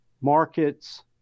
Markets